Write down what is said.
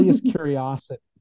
curiosity